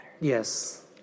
yes